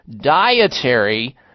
dietary